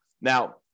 Now